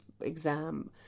exam